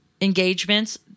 engagements